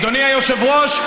אדוני היושב-ראש,